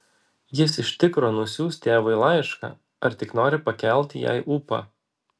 jis iš tikro nusiųs tėvui laišką ar tik nori pakelti jai ūpą